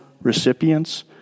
recipients